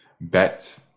bet